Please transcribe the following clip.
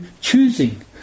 choosing